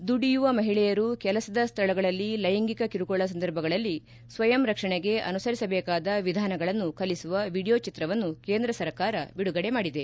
ದುಡಿಯುವ ಮಹಿಳೆಯರು ಕೆಲಸದ ಸ್ಥಳಗಳಲ್ಲಿ ಲೈಂಗಿಕ ಕಿರುಕುಳ ಸಂದರ್ಭಗಳಲ್ಲಿ ಸ್ವಯಂ ರಕ್ಷಣೆಗೆ ಅನುಸರಿಸಬೇಕಾದ ವಿಧಾನಗಳನ್ನು ಕಲಿಸುವ ವಿಡಿಯೋ ಚಿತ್ರವನ್ನು ಕೇಂದ್ರ ಸರ್ಕಾರ ಬಿಡುಗಡೆ ಮಾಡಿದೆ